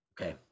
Okay